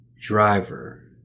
Driver